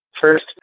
first